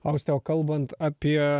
auste o kalbant apie